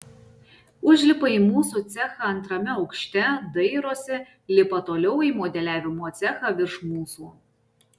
užlipa į mūsų cechą antrame aukšte dairosi lipa toliau į modeliavimo cechą virš mūsų